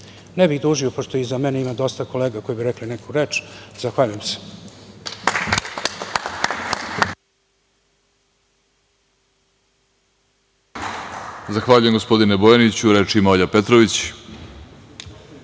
bih dužio, pošto iza mene ima dosta kolega koji bi rekli neku reč. Zahvaljujem.